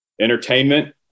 Entertainment